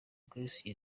grace